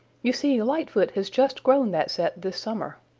you see lightfoot has just grown that set this summer.